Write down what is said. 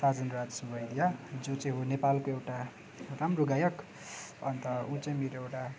साजन राज वैद्य जो चाहिँ हो नेपालको एउटा राम्रो गायक अन्त ऊ चाहिँ मेरो एउटा